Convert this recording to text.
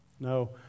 No